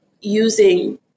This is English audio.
using